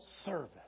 service